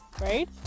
right